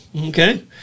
Okay